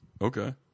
Okay